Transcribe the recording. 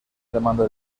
demanda